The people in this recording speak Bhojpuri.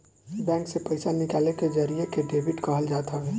बैंक से पईसा निकाले के जरिया के डेबिट कहल जात हवे